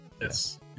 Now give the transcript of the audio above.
Yes